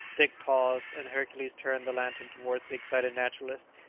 dick paused, and hercules turned the lantern towards the excited naturalist,